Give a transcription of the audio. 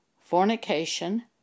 fornication